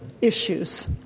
issues